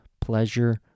pleasure